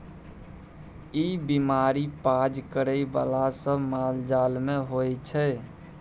ई बीमारी पाज करइ बला सब मालजाल मे होइ छै